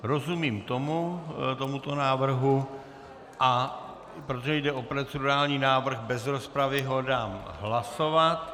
Rozumím tomuto návrhu, a protože jde o procedurální návrh, bez rozpravy ho dám hlasovat.